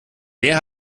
wer